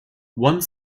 one